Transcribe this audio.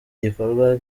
ibikorwa